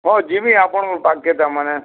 ହଁ ଯିମି ଆପଣଙ୍କର୍ ପାଖ୍କେ ତା'ର୍ମାନେ